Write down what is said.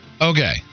Okay